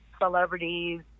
celebrities